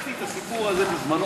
בדקתי את הסיפור הזה בזמנו.